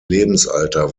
lebensalter